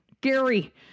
Gary